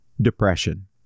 depression